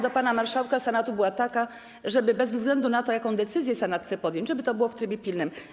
do pana marszałka Senatu była taka, żeby, bez względu na to, jaką decyzję Senat chce podjąć, było to w trybie pilnym.